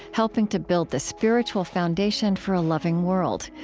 helping to build the spiritual foundation for a loving world.